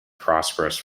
prosperous